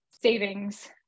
savings